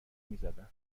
میزدن